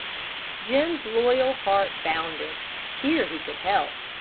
jim's loyal heart bounded here he could help.